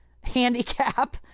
handicap